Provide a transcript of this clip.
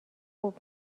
خوب